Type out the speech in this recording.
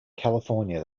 california